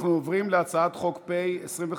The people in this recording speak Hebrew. אנחנו עוברים להצעת חוק פ/2576,